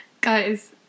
Guys